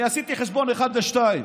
אני עשיתי חשבון, אחד לשניים.